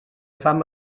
fam